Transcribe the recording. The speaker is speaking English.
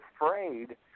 afraid